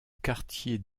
quartier